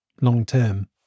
long-term